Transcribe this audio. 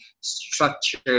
structured